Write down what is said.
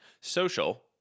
Social